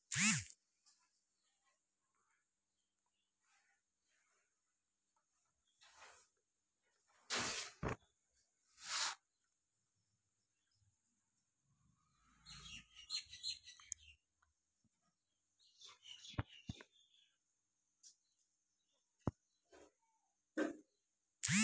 बाँस मे फुलक चक्र आ फुलक हैबिट पर नैजिंड युनिवर्सिटी केर रिसर्च मे बहुते रोचक जानकारी भेटल